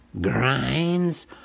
grinds